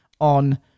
on